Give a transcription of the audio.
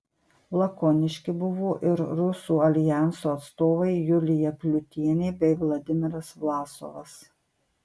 lakoniški buvo ir rusų aljanso atstovai julija pliutienė bei vladimiras vlasovas